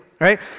right